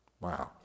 Wow